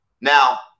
Now